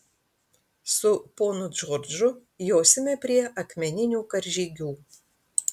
su ponu džordžu josime prie akmeninių karžygių